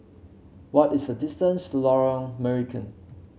what is the distance to Lorong Marican